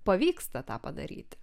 pavyksta tą padaryti